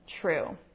true